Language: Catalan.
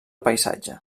paisatge